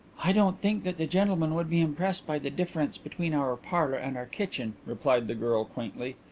i don't think that the gentleman would be impressed by the difference between our parlour and our kitchen, replied the girl quaintly,